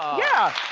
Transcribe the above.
yeah.